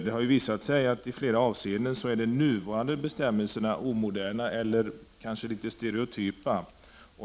Det har visat sig att de nuvarande bestämmelserna i flera avseenden är omoderna eller kanske litet stereotypa.